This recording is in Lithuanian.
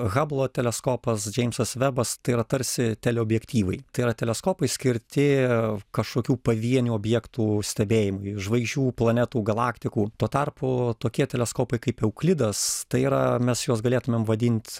hablo teleskopas džeimsas vebas tai yra tarsi teleobjektyvai tai yra teleskopai skirti kažkokių pavienių objektų stebėjimui žvaigždžių planetų galaktikų tuo tarpu tokie teleskopai kaip euklidas tai yra mes juos galėtumėm vadint